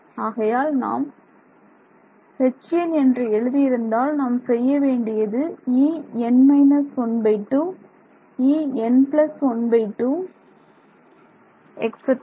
ஆகையால் நாம் Hn என்று எழுதி இருந்தால் நாம் செய்ய வேண்டியது En−12 En12